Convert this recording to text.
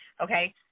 okay